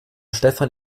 stefan